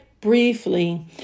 briefly